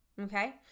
okay